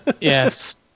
Yes